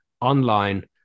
online